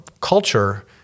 culture